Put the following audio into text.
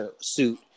suit